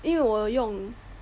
因为我用